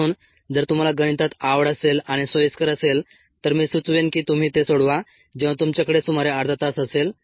म्हणून जर तुम्हाला गणितात आवड असेल आणि सोयीस्कर असेल तर मी सुचवेन की तुम्ही ते सोडवा जेव्हा तुमच्याकडे सुमारे अर्धा तास असेल